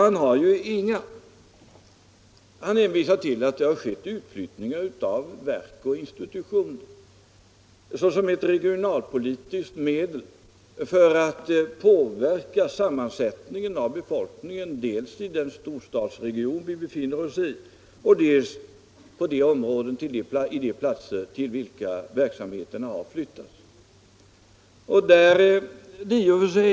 Herr Burenstam Linder hänvisar till utflyttningarna av verk och institutioner såsom ett regionalpolitiskt medel att påverka sammansättningen av befolkningen dels i den storstadsregion där vi nu befinner oss, dels i de områden, till vilka verksamheterna i fråga har flyttats.